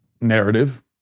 narrative